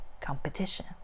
competition